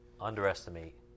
Underestimate